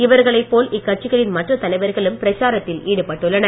இவர்களைப்போல் இக்கட்சிகளின் மற்ற தலைவர்களும் பிரச்சாரத்தில் ஈடுபட்டுள்ளனர்